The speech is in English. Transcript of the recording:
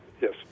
Yes